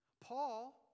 Paul